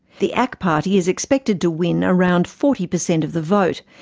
the ak party is expected to win around forty percent of the vote,